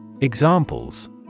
Examples